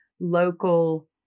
local